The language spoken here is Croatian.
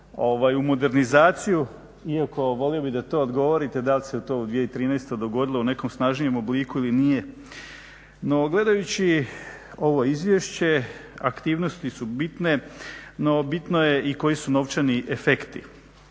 u modernizaciju iako volio bih da to odgovorite da li se to u 2013. dogodilo u nekom snažnijem obliku ili nije. No, gledajući ovo izvješće aktivnosti su bitne. No, bitno je i koji su novčani efekti.